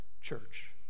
church